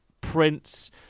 Prince